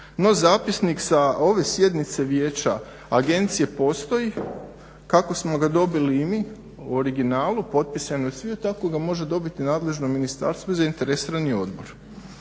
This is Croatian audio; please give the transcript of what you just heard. no zapisnik sa ove sjednice vijeća agencije postoji, kako smo ga dobili i mi u originalu, potpisanog od sviju tako ga može dobiti nadležno ministarstvo i zainteresirani odbor.